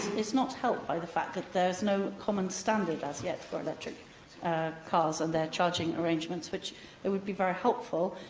it's not helped by the fact that there is no common standard as yet for electric cars and their charging arrangements. it would be very helpful,